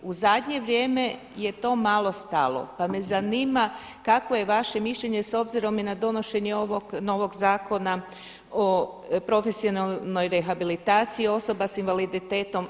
U zadnje vrijeme je to malo stalo pa me zanima kakvo je vaše mišljenje s obzirom i na donošenje ovog novog zakona o profesionalnoj rehabilitaciji osoba sa invaliditetom.